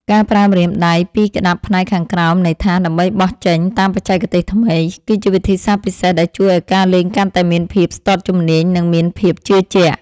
ការប្រើម្រាមដៃពីរក្ដាប់ផ្នែកខាងក្រោមនៃថាសដើម្បីបោះចេញតាមបច្ចេកទេសថ្មី គឺជាវិធីសាស្ត្រពិសេសដែលជួយឱ្យការលេងកាន់តែមានភាពស្ទាត់ជំនាញ និងមានភាពជឿជាក់។